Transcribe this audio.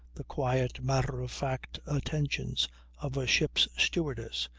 the quiet, matter-of-fact attentions of a ship's stewardess,